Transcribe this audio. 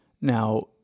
Now